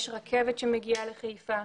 יש רכבת שמגיעה לחיפה,